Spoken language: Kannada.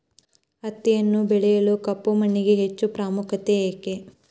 ಹತ್ತಿಯನ್ನು ಬೆಳೆಯಲು ಕಪ್ಪು ಮಣ್ಣಿಗೆ ಹೆಚ್ಚು ಪ್ರಾಮುಖ್ಯತೆ ಏಕೆ?